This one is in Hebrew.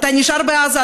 אתה נשאר בעזה,